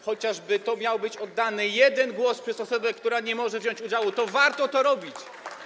Chociażby to miał być oddany jeden głos przez osobę, która nie może wziąć udziału, to warto to robić.